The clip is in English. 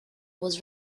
was